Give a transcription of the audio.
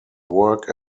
work